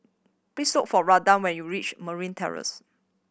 please look for Randal when you reach Marine Terrace